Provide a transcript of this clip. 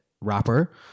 rapper